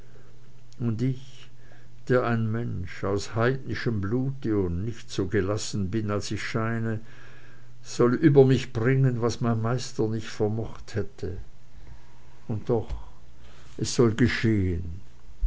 und ich der ein mensch aus heidnischem blute und nicht so gelassen bin als ich scheine ich soll über mich bringen was mein meister nicht vermocht hätte und doch es soll geschehen